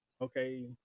okay